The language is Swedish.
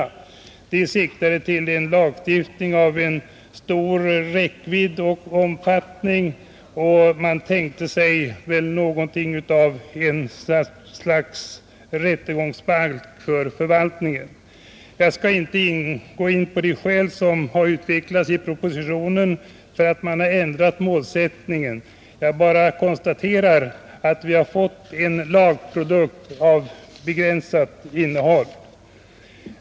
De sakkunniga siktade till en lagstiftning av stor räckvidd och omfattning och tänkte sig väl ett slags rättegångsbalk för förvaltningen. Jag skall inte gå in på de skäl som utvecklats i propositionen för att man har ändrat målsättningen. Jag konstaterar bara att vi fått en lagprodukt av begränsat innehåll.